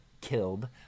killed